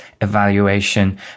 evaluation